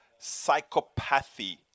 psychopathy